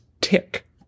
tick